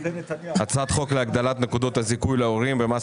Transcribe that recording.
הצעת חוק הגדלת נקודות זיכוי להורים במס